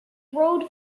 rode